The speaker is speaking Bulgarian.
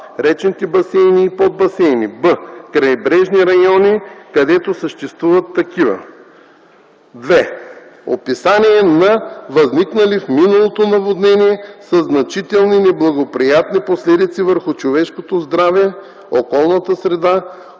речните басейни и подбасейни; б) крайбрежни райони – където съществуват такива; 2. описание на възникнали в миналото наводнения със значителни неблагоприятни последици върху човешкото здраве, околната среда,